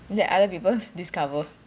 then other people discover